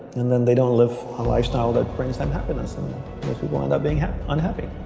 and then they don't live a lifestyle that brings them happiness and if you want about being happy unhappy